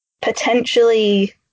potentially –